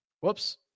Whoops